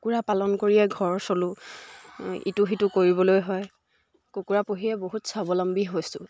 কুকুৰা পালন কৰিয়ে ঘৰ চলোঁ ইটো সিটো কৰিবলৈ হয় কুকুৰা পুহিয়ে বহুত স্বাৱলম্বী হৈছোঁ